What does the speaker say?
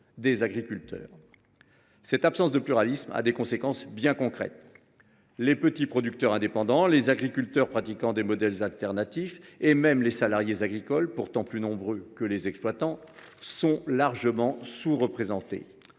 des agriculteurs. Cette absence de pluralisme a des conséquences bien concrètes. Les petits producteurs indépendants, les agriculteurs pratiquant des modèles alternatifs et même les salariés agricoles, pourtant plus nombreux que les exploitants, sont largement sous représentés.